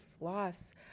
loss